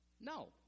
No